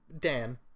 Dan